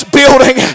building